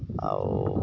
ଆଉ